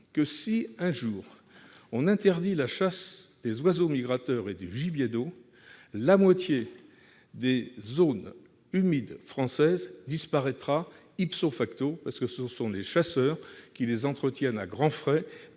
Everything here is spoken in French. Si on interdisait la chasse des oiseaux migrateurs et du gibier d'eau, la moitié des zones humides françaises disparaîtrait, car ce sont les chasseurs qui les entretiennent à grands frais